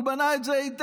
הוא בנה את זה היטב.